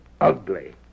Ugly